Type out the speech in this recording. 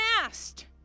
asked